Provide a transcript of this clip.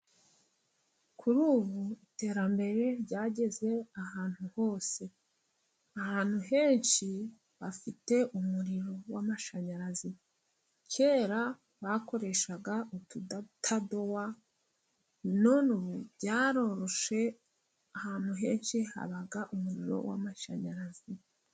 Kuri ubu iterambere ryageze ahantu hose. Ahantu henshi bafite umuriro w'amashanyarazi. Kera bakoreshaga ututadowa, none ubu byaroroshye, ahantu henshi haba umuriro w'amashanyarazi.